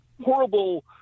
horrible